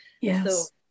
yes